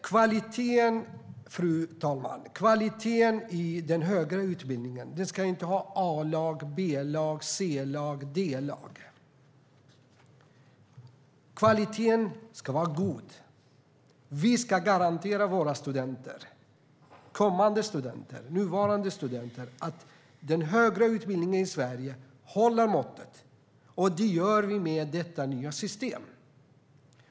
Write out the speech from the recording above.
Fru talman! Beträffande kvaliteten i den högre utbildningen: Vi ska inte ha Alag, Blag, Clag och Dlag. Kvaliteten ska vara god. Vi ska garantera våra kommande och nuvarande studenter att den högre utbildningen i Sverige håller måttet. Det gör vi med detta nya system.